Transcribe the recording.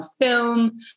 film